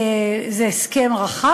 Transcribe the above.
זה הסכם רחב.